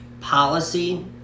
policy